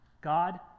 God